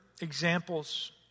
examples